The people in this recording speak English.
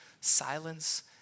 silence